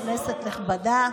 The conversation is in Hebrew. כנסת נכבדה,